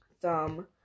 thumb